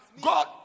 God